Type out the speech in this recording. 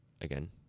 again